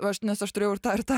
o aš nes aš turėjau ir tą ir tą